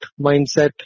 mindset